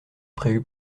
prévue